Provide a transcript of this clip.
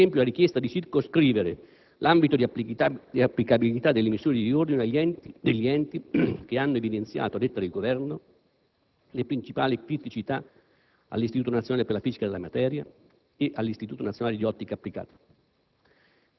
come, ad esempio, la richiesta di circoscrivere l'ambito di applicabilità delle misure di riordino degli enti che hanno evidenziato - a detta del Governo - le principali criticità, all'Istituto nazionale per la fisica della materia (INFM) e all'Istituto nazionale di ottica applicata